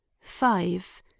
five